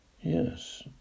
Yes